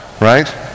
right